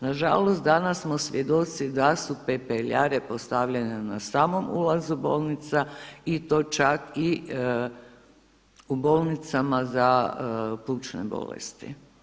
Nažalost danas smo svjedoci da su pepeljare postavljenje na samom ulazu bolnica i to čak i u bolnicama za plućne bolesti.